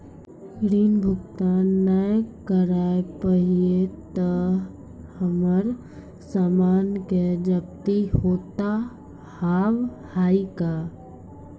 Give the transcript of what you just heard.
ऋण भुगतान ना करऽ पहिए तह हमर समान के जब्ती होता हाव हई का?